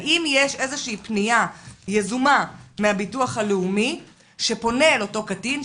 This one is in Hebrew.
האם יש איזושהי פנייה יזומה מהביטוח הלאומי שפונה אל אותו קטין,